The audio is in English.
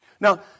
Now